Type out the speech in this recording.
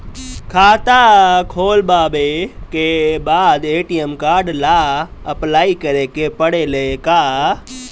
खाता खोलबाबे के बाद ए.टी.एम कार्ड ला अपलाई करे के पड़ेले का?